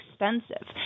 expensive